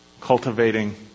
cultivating